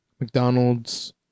McDonald's